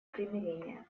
примирения